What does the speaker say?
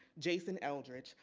jason eldredge,